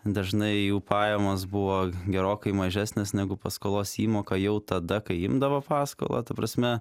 dažnai jų pajamos buvo gerokai mažesnės negu paskolos įmoka jau tada kai imdavo paskolą ta prasme